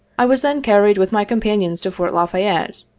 i was then carried, with my companions, to fort la fayette.